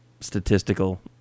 statistical